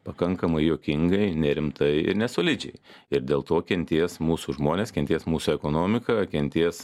pakankamai juokingai nerimtai ir nesolidžiai ir dėl to kentės mūsų žmonės kentės mūsų ekonomika kentės